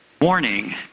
Morning